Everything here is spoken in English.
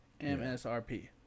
MSRP